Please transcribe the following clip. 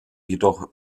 jedoch